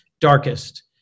darkest